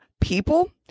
people